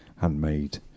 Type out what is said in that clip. handmade